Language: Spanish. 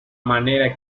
manera